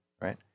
right